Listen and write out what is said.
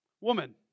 Woman